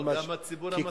גם הציבור המסורתי.